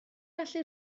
gallu